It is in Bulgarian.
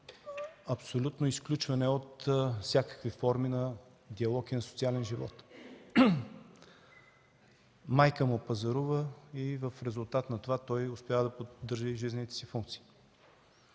абсолютно изключване от всякакви форми на диалог и на социален живот. Майка му пазарува и в резултат на това той успява да поддържа жизнените си функции.